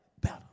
better